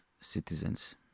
citizens